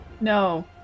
No